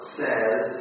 says